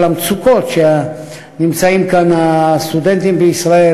למצוקות שנמצאים בהן הסטודנטים בישראל,